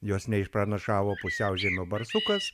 jos ne išpranašavo pusiaužiemio barsukas